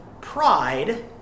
pride